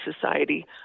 Society